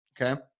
Okay